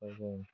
ହେଉ